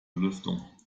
belüftung